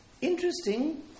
Interesting